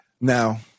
now